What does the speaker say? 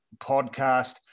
podcast